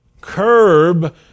curb